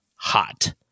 hot